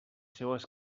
seues